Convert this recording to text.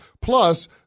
Plus